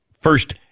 First